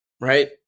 right